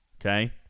okay